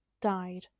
died